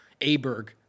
Aberg